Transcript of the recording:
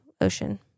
ocean